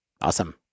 Awesome